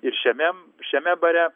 ir šiame šiame bare